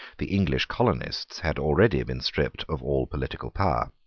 the english colonists had already been stripped of all political power.